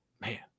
man